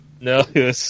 No